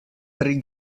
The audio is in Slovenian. pri